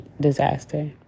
disaster